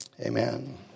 Amen